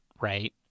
right